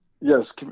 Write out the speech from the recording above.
Yes